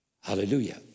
Hallelujah